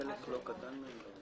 הנוסח שמוצע כאן כבר מאפשר את זה.